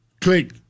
Click